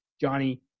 Johnny